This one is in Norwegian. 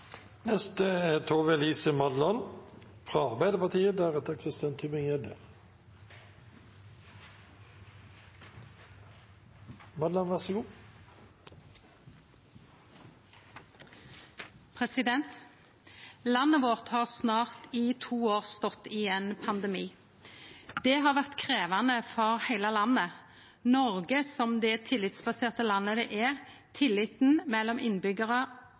Landet vårt har i snart to år stått i ein pandemi. Det har vore krevjande for heile landet. I Noreg, som det tillitsbaserte landet det er, der tilliten mellom